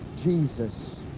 Jesus